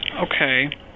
Okay